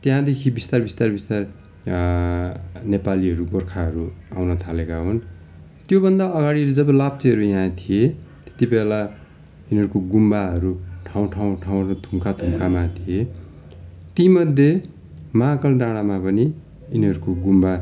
त्याहाँदेखि बिस्तारै बिस्तारै बिस्तार नेपालीहरू गोर्खाहरू आउन थालेका हुन् त्यो भन्दा अगाडि जब लाप्चेहरू यहाँ थिए त्यति बेला यिनीहरूको गुम्बाहरू ठाउँ ठाउँ ठाउँहरू थुम्का थुम्कामा थिए ती मध्ये महाकाल डाँडामा पनि यिनीहरूको गुम्बा